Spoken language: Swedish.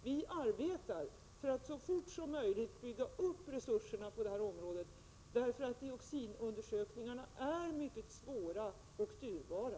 Vi arbetar för att så fort som möjligt bygga upp resurserna på detta område. Dioxinundersökningarna är mycket svåra och dyrbara.